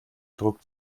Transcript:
druck